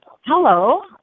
Hello